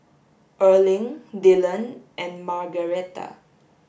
Erling Dyllan and Margaretta